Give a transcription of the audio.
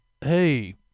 hey